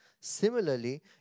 Similarly